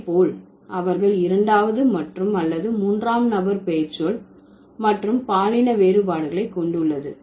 அதே போல் அவர்கள் இரண்டாவது மற்றும் அல்லது மூன்றாம் நபர் பெயர்ச்சொல் மற்றும் பாலின வேறுபாடுகளை கொண்டுள்ளது